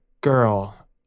girl